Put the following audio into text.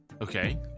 Okay